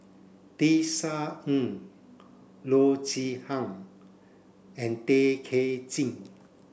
Tisa Ng Loo Zihan and Tay Kay Chin